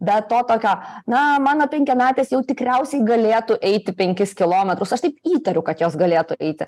be to tokio na mano penkiametis jau tikriausiai galėtų eiti penkis kilometrus aš taip įtariu kad jos galėtų eiti